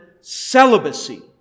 celibacy